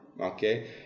okay